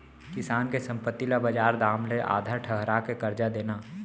किसान के संपत्ति ल बजार दाम ले आधा ठहरा के करजा देना